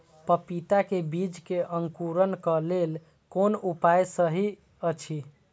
पपीता के बीज के अंकुरन क लेल कोन उपाय सहि अछि?